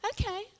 Okay